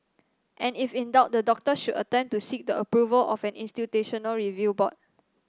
and if in doubt the doctor should attempt to seek the approval of an institutional review board